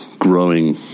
Growing